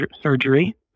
surgery